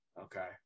Okay